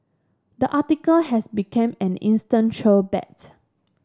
the article has became an instant troll bait